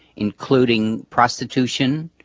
including prostitution,